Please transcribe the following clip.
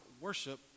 worship